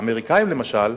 האמריקנים, למשל,